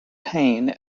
payne